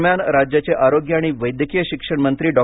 दरम्यान राज्याचे आरोग्य आणि वैद्यकीय शिक्षण मंत्री डॉ